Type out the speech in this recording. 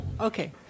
Okay